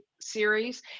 series